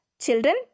Children